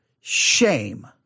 shame